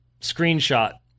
screenshot